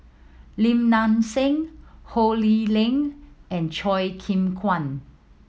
Lim Nang Seng Ho Lee Ling and Choo Keng Kwang